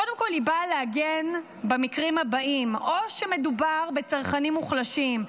קודם כול היא באה להגן במקרים הבאים: או שמדובר בצרכנים מוחלשים,